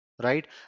right